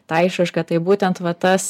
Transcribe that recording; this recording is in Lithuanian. tą išraišką tai būtent va tas